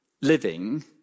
living